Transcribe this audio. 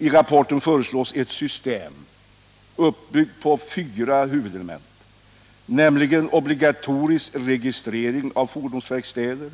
I rapporten föreslås ett system, uppbyggt på fyra huvudelement, nämligen obligatorisk registrering av fordonsverkstäder,